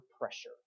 pressure